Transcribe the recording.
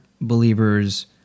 believers